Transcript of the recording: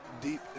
deep